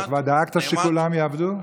אתה כבר דאגת שכולם יעבדו?